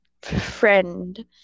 friend